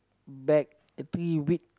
back three big